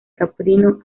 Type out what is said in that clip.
caprino